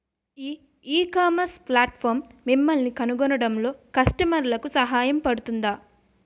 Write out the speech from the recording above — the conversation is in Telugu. ఈ ఇకామర్స్ ప్లాట్ఫారమ్ మిమ్మల్ని కనుగొనడంలో కస్టమర్లకు సహాయపడుతుందా?